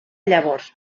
llavors